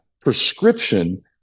prescription